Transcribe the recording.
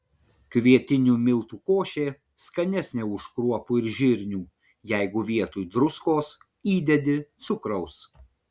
kvietinių miltų košė skanesnė už kruopų ir žirnių jeigu vietoj druskos įdedi cukraus